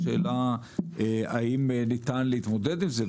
והשאלה האם ניתן להתמודד עם זה.